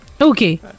Okay